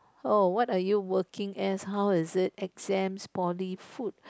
oh what are working as how is it exams poly food